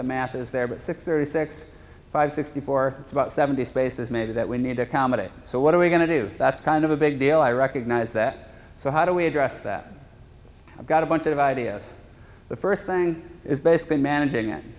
the math is there but six thirty six five sixty four it's about seventy spaces maybe that we need to accommodate so what are we going to do that's kind of a big deal i recognize that so how do we address that i've got a bunch of ideas the first thing is based on managing